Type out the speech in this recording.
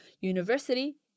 university